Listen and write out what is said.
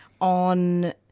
on